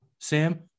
Sam